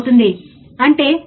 అప్పుడు నేను 7